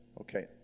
Okay